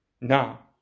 now